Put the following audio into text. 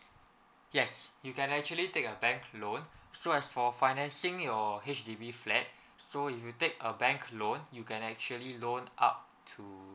yes you can actually take a bank loan so as for financing your H_D_B flat so if you take a bank loan you can actually loan up to